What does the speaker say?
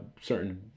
certain